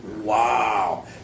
Wow